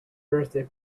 birthday